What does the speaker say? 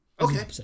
Okay